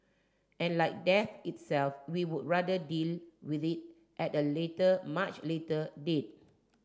and like death itself we would rather deal with it at a later much later date